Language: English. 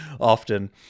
often